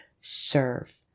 serve